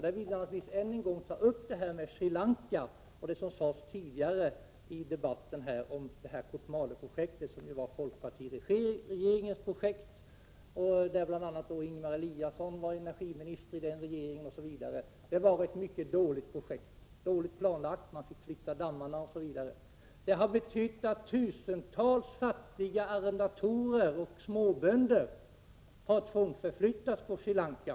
Jag vill än en gång ta upp frågorna om Sri Lanka och det som sades tidigare i debatten om Kotmalepro jektet, vilket var folkpartiregeringens projekt. Det var ett mycket dåligt projekt. Det var dåligt planlagt. Man fick flytta dammarna osv. Det har betytt att tusentals fattiga arrendatorer och småbönder har tvångsförflyttats på Sri Lanka.